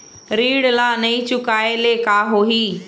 ऋण ला नई चुकाए ले का होही?